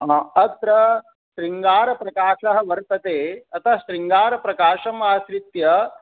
अत्र शृङ्गारप्रकासः वर्तते अत शृङ्गारप्रकाशम् आश्रित्य